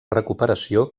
recuperació